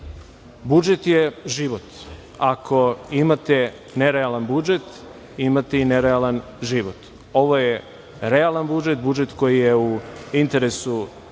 budžet je život. Ako imate nerealan budžet, imate i nerealan život. Ovo je realan budžet, budžet koji je u interesu